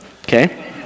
okay